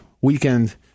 weekend